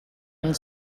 and